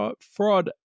fraud